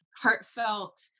heartfelt